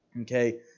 okay